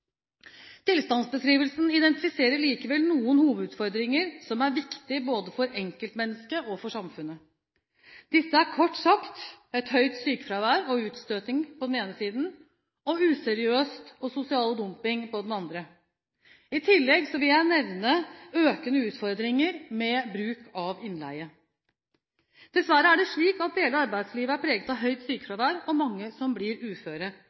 Tilstandsbeskrivelsen identifiserer likevel noen hovedutfordringer som er viktig både for enkeltmennesket og for samfunnet. Disse er kort sagt et høyt sykefravær og utstøting på den ene siden og useriøsitet og sosial dumping på den andre. I tillegg vil jeg nevne økende utfordringer ved bruk av innleie. Dessverre er det slik at deler av arbeidslivet er preget av høyt sykefravær og mange som blir uføre,